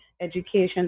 education